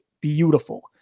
beautiful